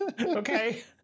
okay